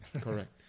Correct